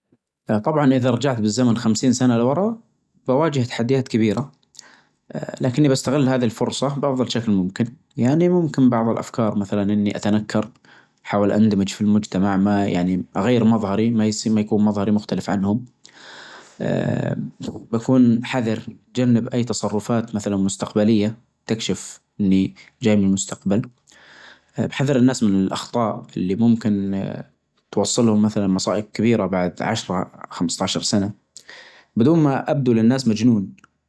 طبعا إذا رجعت بالزمن خمسين سنة لورا بواجه تحديات كبيرة آآ لكني بستغل هذي الفرصة بأفضل شكل ممكن يعني ممكن، بعظ الأفكار مثلا إني أتنكر أحاول اندمج في المجتمع ما يعني أغير مظهري ما يكون مظهري مختلف عنهم، آآ بكون حذر بتجنب أى تصرفات مثلا مستقبلية تكشف إنى جاى من المستقبل، بحذر الناس من الأخطاء اللي ممكن آآ توصلهم مثلا مصائب كبيرة بعد عشرة خمسطعشر سنة بدون ما أبدو للناس مجنون.